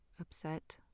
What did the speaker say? upset